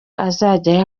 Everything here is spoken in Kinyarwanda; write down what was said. azajya